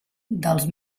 dels